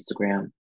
Instagram